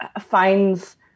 finds